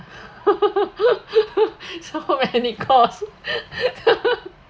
so many costs